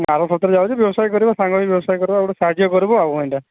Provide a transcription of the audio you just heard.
ମୁଁ ଆର ସପ୍ତାହରେ ଯାଉଛି ବ୍ୟବସାୟ କରିବା ସାଙ୍ଗ ହେଇକି ବ୍ୟବସାୟ କର୍ବା ଗୋଟେ ସାହାଯ୍ୟ କର୍ବ ଆଉ କଣ ଏନ୍ତା